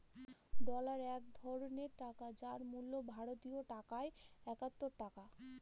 dollar এক ধরনের টাকা যার মূল্য ভারতীয় টাকায় একাত্তর টাকা